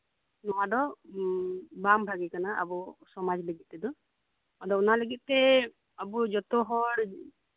ᱱᱚᱣᱟ ᱫᱚ ᱵᱟᱝ ᱵᱷᱟᱜᱮ ᱠᱟᱱᱟ ᱟᱵᱚ ᱥᱚᱢᱟᱡᱽ ᱞᱟᱹᱜᱤᱫ ᱛᱮᱫᱚ ᱟᱫᱚ ᱚᱱᱟ ᱞᱟᱹᱜᱤᱫ ᱛᱮ ᱟᱵᱚ ᱡᱚᱛᱚᱦᱚᱲ